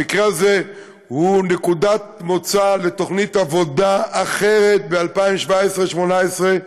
המקרה הזה הוא נקודת מוצא לתוכנית עבודה אחרת ב-2017 2018,